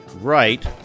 right